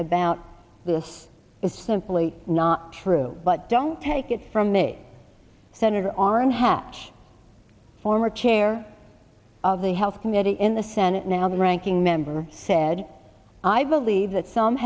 about this is simply not true but don't take it from me senator orrin hatch for chair of the health committee in the senate now the ranking member said i believe that some